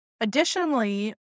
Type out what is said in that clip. Additionally